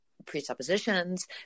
presuppositions